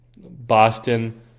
Boston